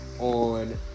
on